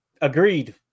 Agreed